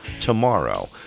tomorrow